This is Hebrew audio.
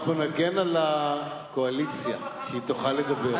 אנחנו נגן על הקואליציה שהיא תוכל לדבר.